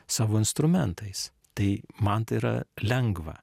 savo instrumentais tai man tai yra lengva